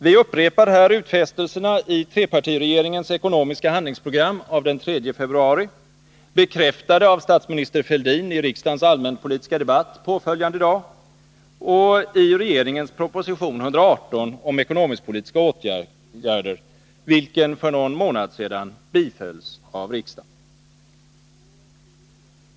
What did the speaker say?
Vi upprepar här utfästelserna i trepartiregeringens ekonomiska handlingsprogram av den 3 februari, bekräftade av statsminister Fälldin i riksdagens allmänpolitiska debatt påföljande dag och i regeringens proposition 118 om ekonomisk-politiska åtgärder, vilken för någon månad sedan bifölls av riksdagen.